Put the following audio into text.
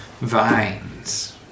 vines